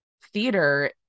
theater